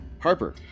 harper